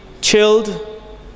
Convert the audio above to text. chilled